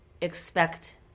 expect